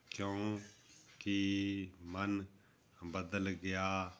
ਕਿਉਂਕਿ ਮਨ ਬਦਲ ਗਿਆ